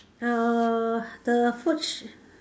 uh the food sh~